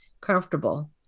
comfortable